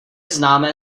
známé